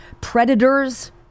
predators